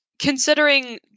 Considering